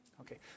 Okay